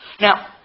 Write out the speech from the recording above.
Now